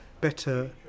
better